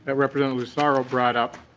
ah representative lucero brought up.